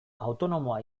autonomoa